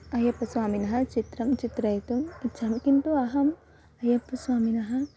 अय्यप्पस्वामिनः चित्रं चित्रयितुम् इच्छामि किन्तु अहम् अय्यप्पस्वामिनः